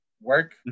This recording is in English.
work